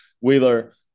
Wheeler